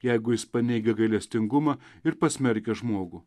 jeigu jis paneigia gailestingumą ir pasmerkia žmogų